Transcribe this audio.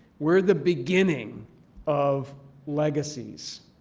we're the beginning of legacies.